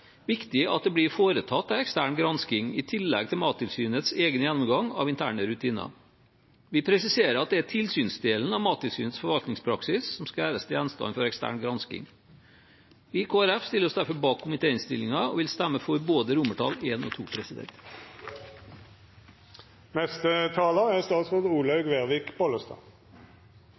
viktig at det blir foretatt en ekstern gransking i tillegg til Mattilsynets egen gjennomgang av interne rutiner. Vi presiserer at det er tilsynsdelen av Mattilsynets forvaltningspraksis som skal gjøres til gjenstand for ekstern gransking. I Kristelig Folkeparti stiller vi oss derfor bak komitéinnstillingen, og vil stemme for både romertall I og romertall II. Trygg mat, god mat og god dyre- og plantehelse skal være – og er – en